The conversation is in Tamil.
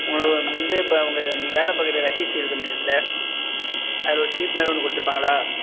உங்களுக்கு வந்து இப்போ உங்கள் நீங்கள் வேலை பார்க்கற எச்இசிஎல் கம்பெனி அதில் ஒரு ஸ்லிப் மாதிரி ஒன்று கொடுத்துருப்பாங்களா